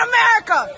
America